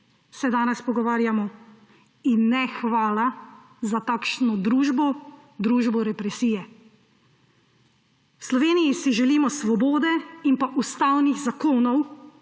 se danes pogovarjamo. In ne, hvala za takšno družbo, družbo represije. V Sloveniji si želimo svobode in pa ustavnih zakonov,